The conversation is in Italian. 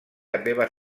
aveva